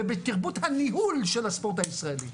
ובתרבות הניהול של הספורט הישראלי.